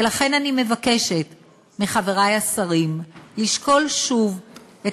ולכן אני מבקשת מחברי השרים לשקול שוב את